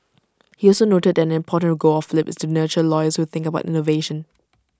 he also noted that an important goal of flip is to nurture lawyers who think about innovation